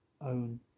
own